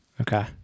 okay